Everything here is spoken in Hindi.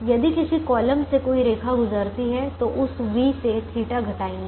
यदि किसी कॉलम से कोई रेखा गुजरती है तो उस v से थीटा θ घटाएंगे